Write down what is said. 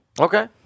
Okay